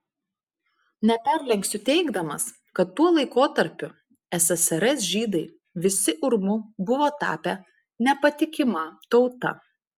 neperlenksiu teigdamas kad tuo laikotarpiu ssrs žydai visi urmu buvo tapę nepatikima tauta